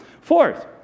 Fourth